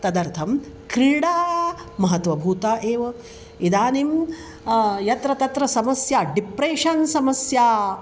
तदर्थं क्रीडा महत्वभूता एव इदानीं यत्र तत्र समस्या डिप्रेशन् समस्या